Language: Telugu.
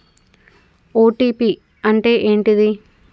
ఓ.టీ.పి అంటే ఏంటిది?